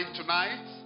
tonight